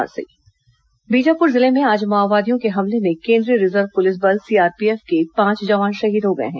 जवान शहीद बीजापुर जिले में आज माओवादियों के हमले में केंद्रीय रिजर्व पुलिस बल सीआरपीएफ के चार जवान शहीद हो गए हैं